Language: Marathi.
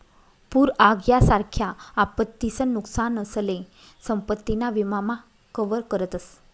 पूर आग यासारख्या आपत्तीसन नुकसानसले संपत्ती ना विमा मा कवर करतस